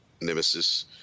nemesis